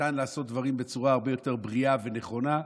ניתן לעשות דברים בצורה הרבה יותר בריאה ונכונה.